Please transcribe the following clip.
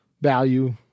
value